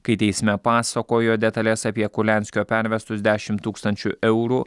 kai teisme pasakojo detales apie kurlianskio pervestus dešimt tūkstančių eurų